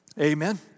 Amen